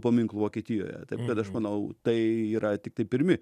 paminklų vokietijoje bet aš manau tai yra tiktai pirmi